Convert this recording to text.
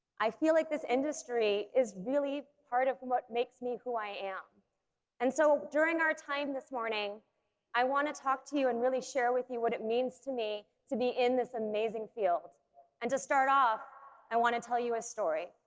i feel like this industry is really part of what makes me who i am and so during our time this morning i want to talk to you and really share with you what it means to me to be in this amazing field and to start off i want to tell you a story